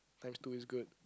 times two is good